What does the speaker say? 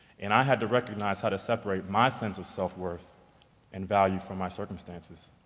and i had to recognize how to separate my sense of self-worth and value from my circumstances.